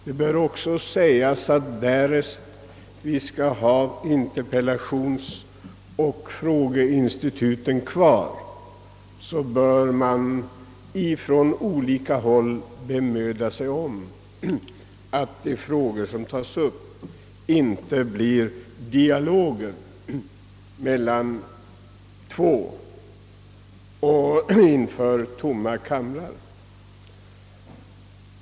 Det bör också sägas, att därest vi skall ha interpellationsoch frågeinstituten kvar måste man på olika håll bemöda sig om att spörsmålen, när de tas upp, inte blir dialoger inför tomma kamrar.